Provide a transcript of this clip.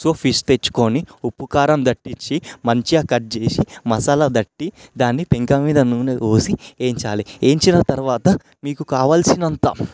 so fish తెచ్చుకొని ఉప్పు కారం దట్టించి మంచిగా కట్ చేసి మసాలా దట్టించి దాన్ని పెంక మీద నూనె పోసి వేయించాలి వేయించిన తరువాత మీకు కావలసినంత